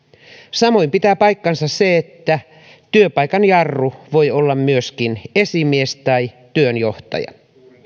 samoin pitää paikkansa se se että työpaikan jarru voi olla myöskin esimies tai työnjohtaja